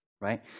right